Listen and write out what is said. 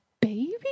baby